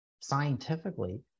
scientifically